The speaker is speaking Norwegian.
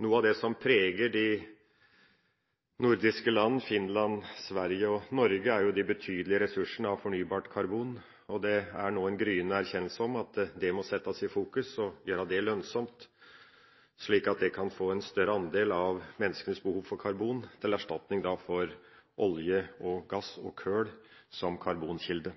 Noe av det som preger de nordiske land – Finland, Sverige og Norge – er de betydelige ressursene av fornybart karbon, og det er nå en gryende erkjennelse av at det må settes i fokus og gjøres lønnsomt, slik at det kan dekke en større andel av menneskenes behov for karbon, til erstatning for olje, gass og kull som karbonkilde.